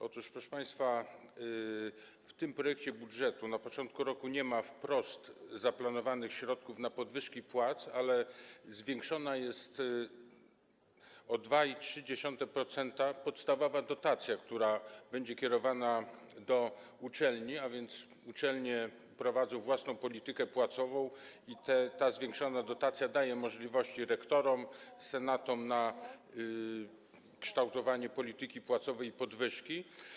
Otóż, proszę państwa, w tym projekcie budżetu na początku roku nie ma wprost zaplanowanych środków na podwyżki płac, ale zwiększona jest o 2,3% podstawowa dotacja, która będzie kierowana do uczelni, a więc uczelnie prowadzą własną politykę płacową i ta zwiększona dotacja daje możliwości rektorom, senatom na kształtowanie polityki płacowej i podwyżki.